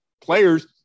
players